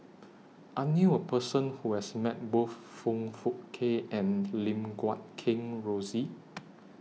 I knew A Person Who has Met Both Foong Fook Kay and Lim Guat Kheng Rosie